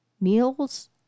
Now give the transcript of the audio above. meals